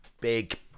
big